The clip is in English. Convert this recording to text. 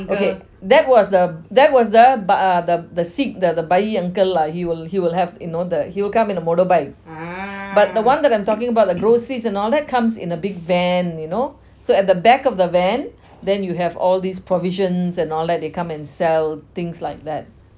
okay that was the that was the ba~ uh sikh the uh bayi uncle lah he will he will have you know the he will come in a motorbike but the one I am talking about the rotis and all that comes in a big van you know so at the back of the van you have all these provisions and all that they come and sell things like that